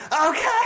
Okay